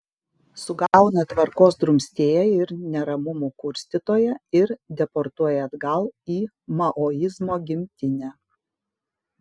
sugauna tvarkos drumstėją ir neramumų kurstytoją ir deportuoja atgal į maoizmo gimtinę